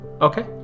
Okay